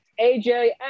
AJ